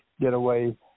getaway